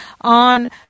on